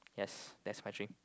yes that's my dream